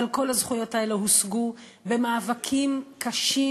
אבל כל הזכויות האלה הושגו במאבקים קשים